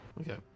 Okay